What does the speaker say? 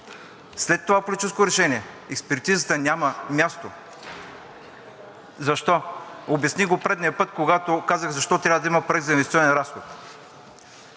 след това политическо решение експертизата няма място. Защо? Обясних го предния път, когато казах защо трябва да има Проект за инвестиционен разход